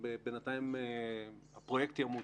בינתיים הפרויקט ימות,